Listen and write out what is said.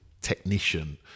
technician